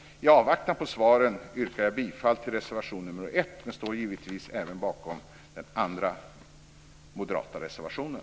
I avvaktan på svaren yrkar jag bifall till reservation nr 1, men står givetvis bakom även den andra moderata reservationen.